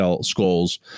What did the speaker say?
skulls